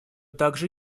также